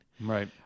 Right